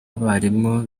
abarimu